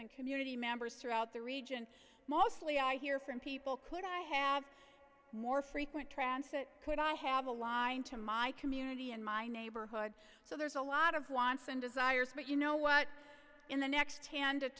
and community members throughout the region mostly i hear from people could i have more frequent transit could i have a line to my community in my neighborhood so there's a lot of wants and desires but you know what in the next ten to